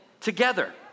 together